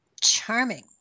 Charming